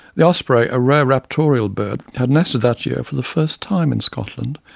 the osprey, a rare raptorial bird, had nested that year for the first time in scotland,